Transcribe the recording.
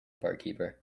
barkeeper